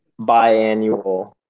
biannual